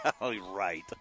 Right